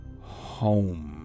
home